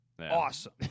Awesome